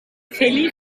feli